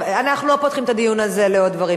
אנחנו לא פותחים את הדיון הזה לעוד דוברים.